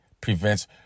prevents